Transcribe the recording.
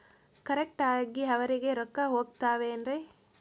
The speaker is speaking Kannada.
ಕರೆಕ್ಟ್ ಆಗಿ ಅವರಿಗೆ ರೊಕ್ಕ ಹೋಗ್ತಾವೇನ್ರಿ?